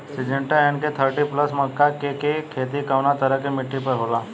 Syngenta NK thirty plus मक्का के के खेती कवना तरह के मिट्टी पर होला?